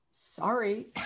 Sorry